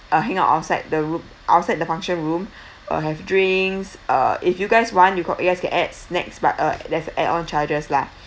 uh hang out outside the room outside the function room uh have drinks uh if you guys want you call yes can add snacks but uh that's add on charges lah